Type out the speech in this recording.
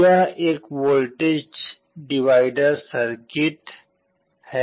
यह एक voltage divider circuit है